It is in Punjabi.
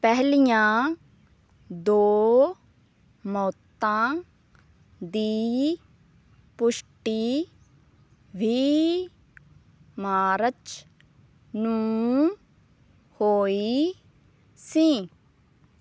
ਪਹਿਲੀਆਂ ਦੋ ਮੌਤਾਂ ਦੀ ਪੁਸ਼ਟੀ ਵੀਹ ਮਾਰਚ ਨੂੰ ਹੋਈ ਸੀ